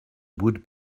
would